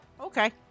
okay